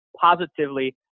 positively